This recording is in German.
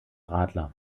radler